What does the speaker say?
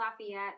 Lafayette